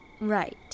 Right